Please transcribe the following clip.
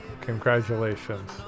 Congratulations